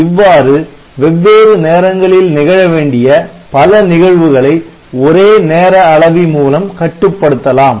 இவ்வாறு வெவ்வேறு நேரங்களில் நிகழ வேண்டிய பல நிகழ்வுகளை ஒரே நேர அளவி மூலம் கட்டுப்படுத்தலாம்